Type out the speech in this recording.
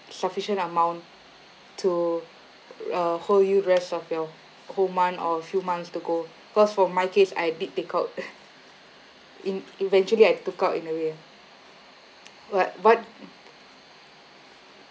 sufficient amount to uh hold you rest of your whole month or a few months to go cause for my case I did take out in eventually I took out in a way ah but what